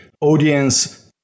audience